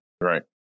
right